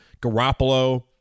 Garoppolo